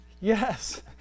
Yes